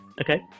Okay